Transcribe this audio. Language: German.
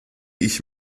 ich